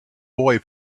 boy